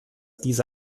diese